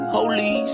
Holy